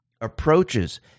approaches